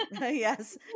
Yes